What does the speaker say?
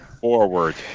forward